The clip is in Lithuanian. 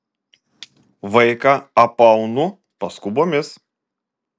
vaiką apaunu paskubomis